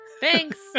thanks